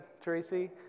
Tracy